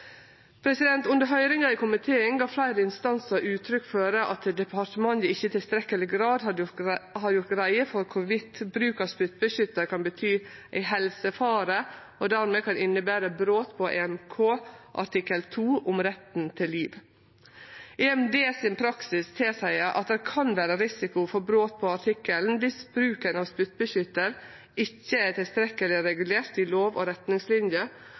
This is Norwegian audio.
Under høyringa i komiteen gav fleire instansar uttrykk for at departementet ikkje i tilstrekkeleg grad har gjort greie for om bruk av spyttbeskyttar kan bety ein helsefare og dermed innebere brot på EMK artikkel 2, om retten til liv. EMDs praksis tilseier at det kan vere risiko for brot på artikkelen viss bruken av spyttbeskyttar ikkje er tilstrekkeleg regulert i lov- og retningslinjer,